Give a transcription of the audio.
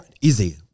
Easy